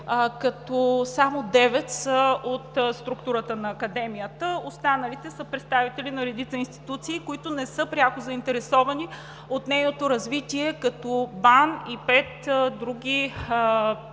като само 9 са от структурата на Академията. Останалите са представители на редица институции, които не са пряко заинтересовани от нейното развитие, като БАН и пет други държавни